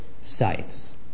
sites